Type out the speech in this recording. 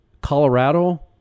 Colorado